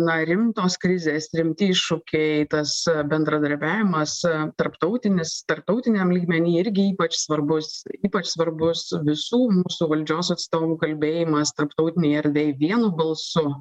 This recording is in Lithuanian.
na rimtos krizės rimti iššūkiai tas bendradarbiavimas tarptautinis tarptautiniam lygmeny irgi ypač svarbus ypač svarbus visų mūsų valdžios atstovų kalbėjimas tarptautinėj erdvėj vienu balsu